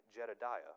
Jedidiah